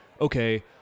okay